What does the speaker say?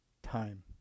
Time